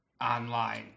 online